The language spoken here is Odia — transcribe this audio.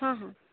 ହଁ ହଁ